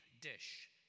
dish